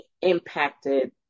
impacted